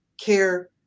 care